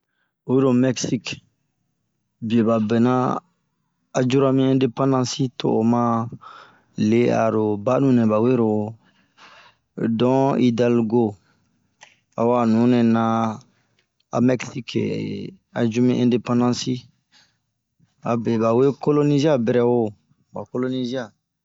Oyi lo mɛksik, bie ba bona a yra mi ɛndepandansi, to'o ma lero banu nɛba wero, Don idalgo,a ho a nunɛ naa a mɛksike yu mi ɛndepansi. Abie ba wo kolonizia bɛrɛ woo, ba kolonizia.